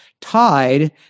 tied